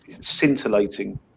scintillating